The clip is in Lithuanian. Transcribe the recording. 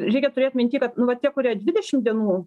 reikia turėt minty kad nu va tie kurie dvidešim dienų